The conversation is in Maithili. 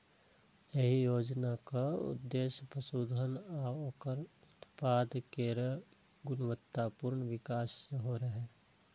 एहि योजनाक उद्देश्य पशुधन आ ओकर उत्पाद केर गुणवत्तापूर्ण विकास सेहो रहै